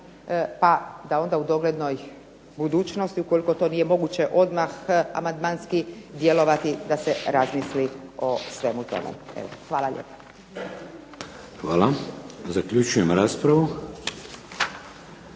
pa da onda u doglednoj budućnosti ukoliko to nije moguće odmah amandmanski djelovati da se razmisli o svemu tomu. Evo, hvala lijepa.